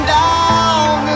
down